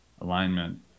alignment